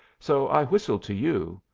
so i whistled to you.